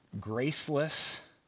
graceless